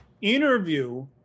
interview